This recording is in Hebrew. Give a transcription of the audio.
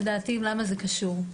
לדעתי למה זה קשור,